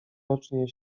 rocznie